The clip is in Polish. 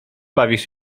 bawisz